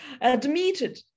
admitted